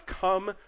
come